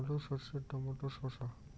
আলু সর্ষে টমেটো শসা